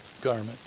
garment